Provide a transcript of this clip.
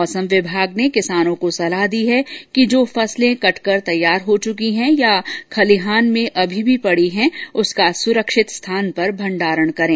मौसम विभाग ने किसानों को सलाह दी है कि जो फसलें कट कर तैयार हो चुकी है या खलिहान में अभी भी पड़ी है उसका सुरक्षित स्थान पर भंडारण करें